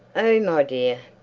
oh my dear!